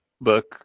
book